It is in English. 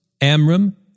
Amram